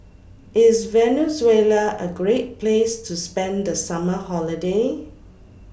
IS Venezuela A Great Place to spend The Summer Holiday